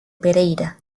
pereira